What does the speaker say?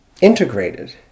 integrated